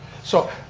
so